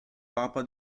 papa